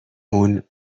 اون